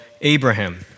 Abraham